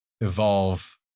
evolve